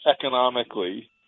economically